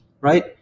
right